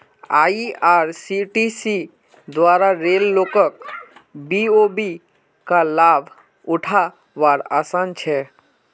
IRCTC द्वारा rail लोक BOB का लाभ उठा वार आसान छे